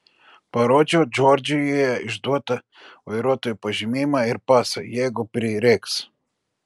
parodžiau džordžijoje išduotą vairuotojo pažymėjimą ir pasą jeigu prireiks